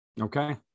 Okay